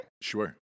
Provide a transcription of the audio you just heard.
sure